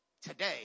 Today